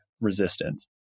resistance